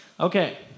Okay